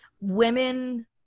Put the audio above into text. women